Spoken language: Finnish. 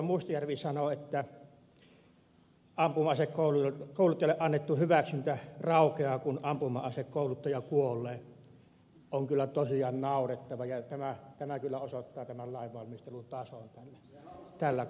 mustajärvi sanoi että ampuma asekouluttajalle annettu hyväksyntä raukeaa kun ampuma asekouluttaja kuolee on kyllä tosiaan naurettava ja osoittaa tämän lainvalmistelun tason tällä kohdalla